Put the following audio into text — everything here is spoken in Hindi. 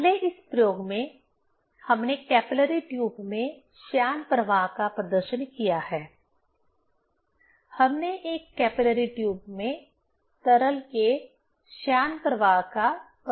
अगले इस प्रयोग में हमने कैपिलरी ट्यूब में श्यान प्रवाह का प्रदर्शन किया है हमने एक कैपिलरी ट्यूब में तरल के श्यान प्रवाह का प्रदर्शन किया है